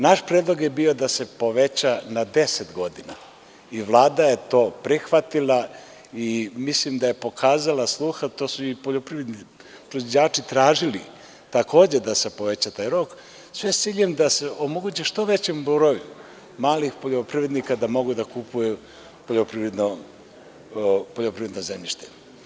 Naš predlog je bio da se poveća na 10 godina i Vlada je to prihvatila i mislim da je pokazala sluha, to su i poljoprivredni proizvođači tražili takođe da se poveća taj rok, sve s ciljem da se omogući u što većem broju malih poljoprivrednika da mogu da kupuju poljoprivredno zemljište.